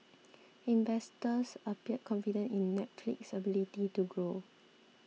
investors appear confident in Netflix's ability to grow